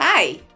Hi